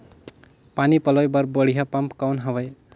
पानी पलोय बर बढ़िया पम्प कौन हवय?